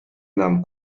enam